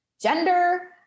gender